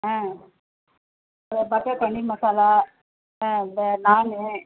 ஆ இப்ப பட்டர் பன்னீர் மசாலா இந்த நாணு